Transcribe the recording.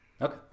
Okay